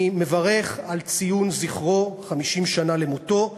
אני מברך על ציון זכרו, 50 שנה למותו,